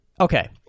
okay